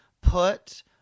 put